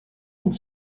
une